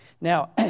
Now